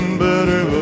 better